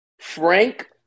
Frank